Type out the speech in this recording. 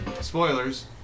Spoilers